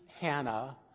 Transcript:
Hannah